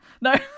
No